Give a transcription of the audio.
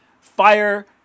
Fire